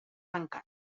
tancat